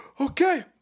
Okay